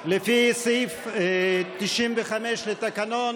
לפי סעיף 95 לתקנון